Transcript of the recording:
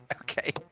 Okay